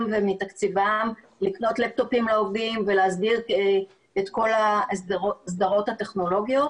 ומתקציבם לקנות לפטופים לעובדים ולהסדיר את כל ההסדרות הטכנולוגיות.